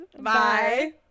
Bye